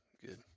good